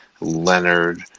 Leonard